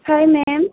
হয় মেম